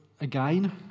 again